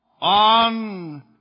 on